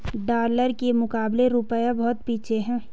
dollar के मुकाबले रूपया बहुत पीछे है